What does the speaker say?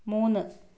മൂന്ന്